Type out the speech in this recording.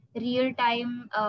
real-time